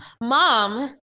Mom